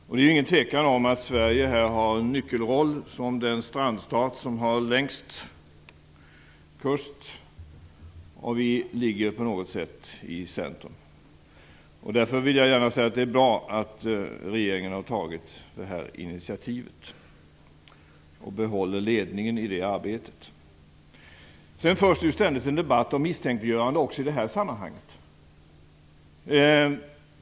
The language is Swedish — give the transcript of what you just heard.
Det råder inga tvivel om att Sverige som den strandstat som har längst kuststräcka spelar en nyckelroll. Vi ligger på något sätt i centrum. Därför vill jag säga att det är bra att regeringen har tagit detta initiativ och kan behålla ledningen i det arbetet. Sedan förs det ständigt en debatt om misstänkliggörande också i det här sammanhanget.